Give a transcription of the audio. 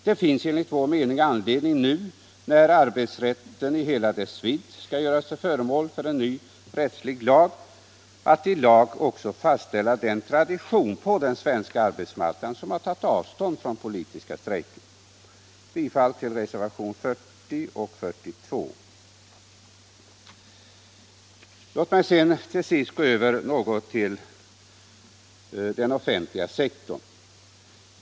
Det finns enligt vår mening anledning att nu — när arbetsrätten i hela dess vidd görs till föremål för ny rättslig reglering — i lag fastställa den tradition på den svenska arbetsmarknaden som har tagit avstånd från politiska strejker. Herr talman! Jag yrkar bifall till reservationerna 40 och 42. Låt mig sedan gå över till den offentliga sektorn.